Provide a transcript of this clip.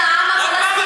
עכשיו המאבק,